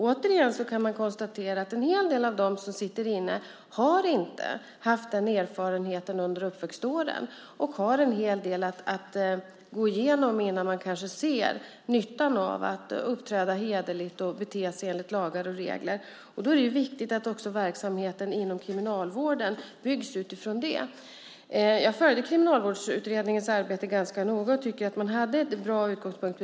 Återigen kan man konstatera att många av dem som sitter inne inte haft den erfarenheten under uppväxtåren, och de har därför en hel del att gå igenom innan de ser nyttan av att uppträda hederligt och bete sig enligt lagar och regler. Det är således viktigt att verksamheten inom Kriminalvården byggs utifrån det. Jag följde Kriminalvårdsutredningens arbete ganska noga och tycker att de hade en bra utgångspunkt.